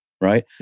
right